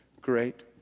great